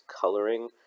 coloring